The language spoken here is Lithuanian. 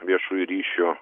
viešųjų ryšių